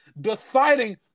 deciding